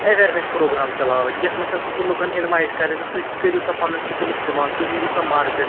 awareness programme چلاوٕنۍ یتھ مَنٛز ہَسا سُہ لوٗکَن اِنوایٹ کَرِ زِ تُہۍ کٔرِو سا پَنُن سِکل استعمال تُہۍ نیٖرِو سا مارکیٚٹ